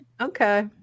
Okay